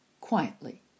quietly